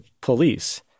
police